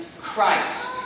Christ